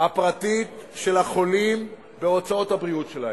הפרטית של החולים בהוצאות הבריאות שלהם.